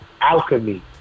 alchemy